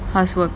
housework